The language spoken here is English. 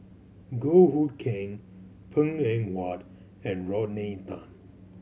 Goh Hood Keng Png Eng Huat and Rodney Tan